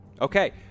Okay